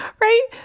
Right